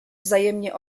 wzajemnie